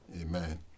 Amen